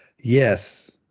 Yes